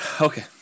okay